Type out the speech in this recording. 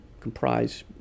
comprise